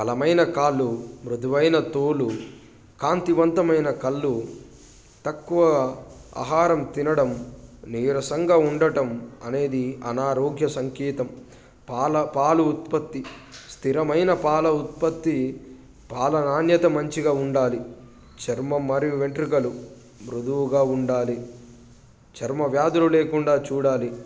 బలమైన కాళ్ళు మృదువైన తోలు కాంతివంతమైన కళ్ళు తక్కువ ఆహరం తినడం నీరసంగా ఉండటం అనేది అనారోగ్య సంకేతం పాల పాలు ఉత్పత్తి స్థిరమైన పాల ఉత్పత్తి పాల నాణ్యత మంచిగా ఉండాలి చర్మం మరియు వెంట్రుకలు మృదువుగా ఉండాలి చర్మ వ్యాధులు లేకుండా చూడాలి